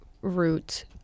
route